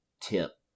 tip